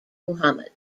muhammad